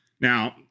now